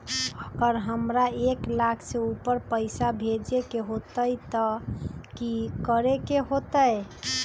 अगर हमरा एक लाख से ऊपर पैसा भेजे के होतई त की करेके होतय?